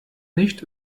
nicht